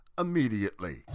immediately